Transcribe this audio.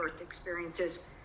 experiences